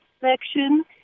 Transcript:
section